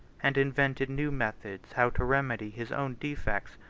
and invented new methods how to remedy his own defects,